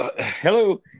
Hello